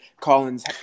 Collins